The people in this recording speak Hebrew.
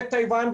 בטייוואן,